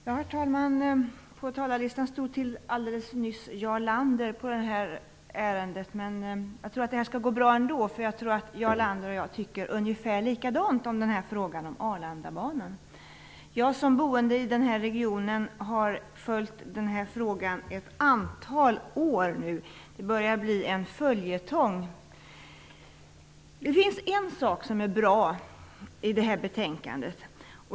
Herr talman! På talarlistan stod Jarl Landers namn. Jag tror nog att det skall gå bra ändå, för Jarl Lander och jag tycker ungefär likadant i frågan om Arlandabanan. Som boende i denna region har jag följt denna fråga i ett antal år. Den börjar bli en följetong. Det finns en sak som är bra i detta betänkande.